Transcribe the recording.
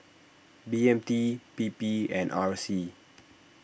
B M T P P and R C